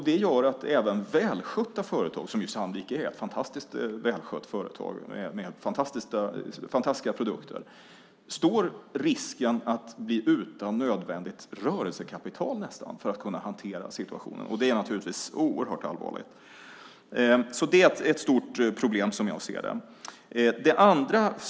Det gör att även välskötta företag, vilket Sandvik är - det är ett fantastiskt välskött företag med fantastiska produkter - står inför risken att nästan bli utan nödvändigt rörelsekapital för att kunna hantera situationen. Det är naturligtvis oerhört allvarligt. Det är ett stort problem som jag ser det.